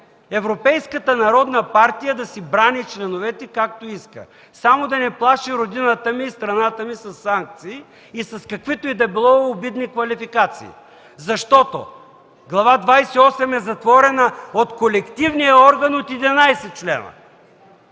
Европейската народна партия да си брани членовете, както иска, само да не плаши Родината ми, страната ми със санкции и с каквито и да било обидни квалификации! Защото Глава двадесет и осем е затворена от колективния орган от 11 члена